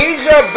Asia